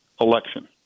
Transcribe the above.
election